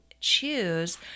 choose